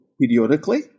periodically